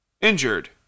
injured